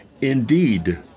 indeed